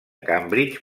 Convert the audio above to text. cambridge